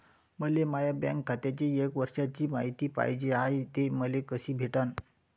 मले माया बँक खात्याची एक वर्षाची मायती पाहिजे हाय, ते मले कसी भेटनं?